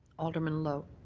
alderman lowe.